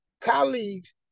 colleagues